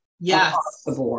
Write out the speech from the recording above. Yes